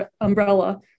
umbrella